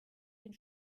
den